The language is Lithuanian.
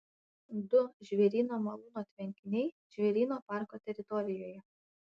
du žvėryno malūno tvenkiniai žvėryno parko teritorijoje